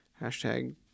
Hashtag